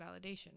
validation